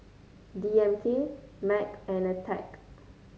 D M K Mac and Attack